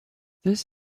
this